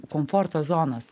komforto zonos